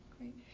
Great